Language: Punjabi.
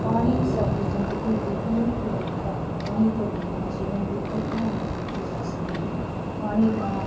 ਪਾਣੀ ਸਾਡੀ ਜ਼ਿੰਦਗੀ ਦੀ ਅਮੁੱਲ ਲੋੜ ਹੈ ਪਾਣੀ ਤੋਂ ਬਿਨਾ ਜੀਵਨ ਦੀ ਕਲਪਨਾ ਨਹੀਂ ਕੀਤੀ ਜਾ ਸਕਦੀ ਪਾਣੀ ਤਾਂ